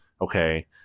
okay